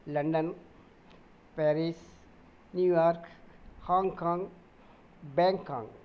London Paris New York Hong Kong Bangkok